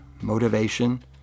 motivation